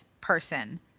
person